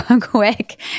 quick